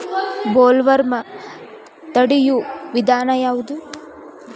Bollworm ತಡಿಯು ವಿಧಾನ ಯಾವ್ದು?